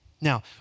Now